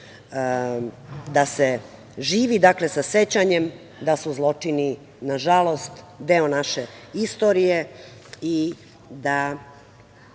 da se živi sa sećanjem da su zločini na žalost deo naše istorije i da